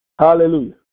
Hallelujah